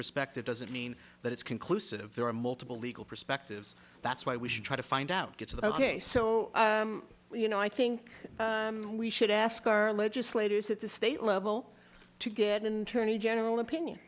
perspective doesn't mean that it's conclusive there are multiple legal perspectives that's why we should try to find out get to the ok so you know i think we should ask our legislators at the state level to get internally general opinion